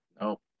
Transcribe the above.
Nope